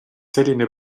selline